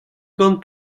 gant